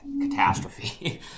catastrophe